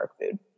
food